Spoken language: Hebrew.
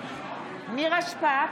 נירה שפק,